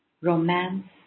romance